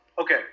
okay